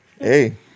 Hey